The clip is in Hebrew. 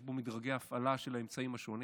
יש בו מדרגי הפעלה של האמצעים השונים.